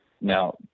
Now